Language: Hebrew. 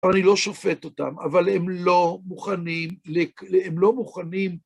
אני לא שופט אותם, אבל הם לא מוכנים, הם לא מוכנים...